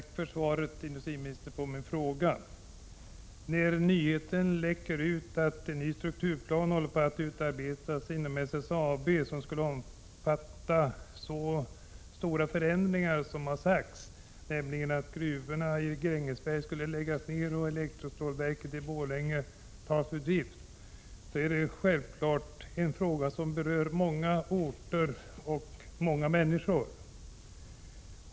Herr talman! Tack för svaret på min fråga, industriministern. Nyheten om att en ny strukturplan inom SSAB håller på att utarbetas läckte ju ut för några dagar sedan. Planen innebär stora förändringar — gruvorna i Grängesberg skall läggas ned och elektrostålverket i Borlänge skall tas ur drift. Detta är självfallet en fråga som berör många orter och många människor.